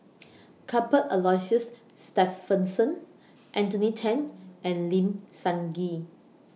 Cuthbert Aloysius Shepherdson Anthony Then and Lim Sun Gee